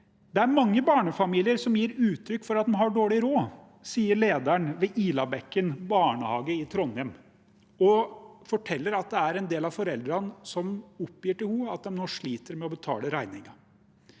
Det er mange barnefamilier som gir uttrykk for at de har dårlig råd, sier lederen ved Ilabekken barnehager i Trondheim og forteller at det er en del av foreldrene som oppgir til henne at de nå sliter med å betale regningene.